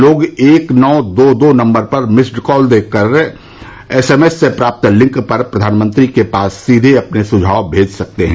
लोग एक नौ दो दो नम्बर पर मिस्ड कॉल देकर एसएमएस से प्राप्त लिंक पर प्रधानमंत्री के पास सीधे अपने सुझाव भेज सकते हैं